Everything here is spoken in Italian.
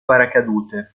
paracadute